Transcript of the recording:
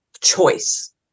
choice